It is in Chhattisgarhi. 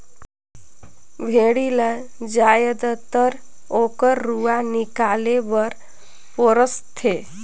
भेड़ी ल जायदतर ओकर रूआ निकाले बर पोस थें